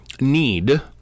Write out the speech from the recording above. need